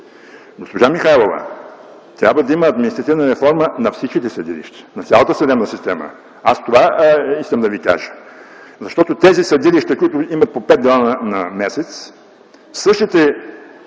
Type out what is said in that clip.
Госпожо Михайлова, трябва да има административна реформа на всичките съдилища, на цялата съдебна система. Това искам да Ви кажа. Защото тези съдилища, които имат по пет дела на месец, в същите